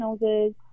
noses